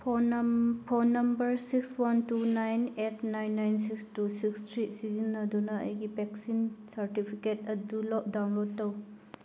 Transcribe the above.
phone number phone six one two nine eight nine nine six two six three ꯁꯤꯖꯤꯟꯅꯗꯨꯅ ꯑꯩꯒꯤ vaccine certificate ꯑꯗꯨ download ꯇꯧ